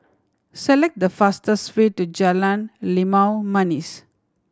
select the fastest way to Jalan Limau Manis